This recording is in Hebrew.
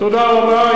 תודה רבה.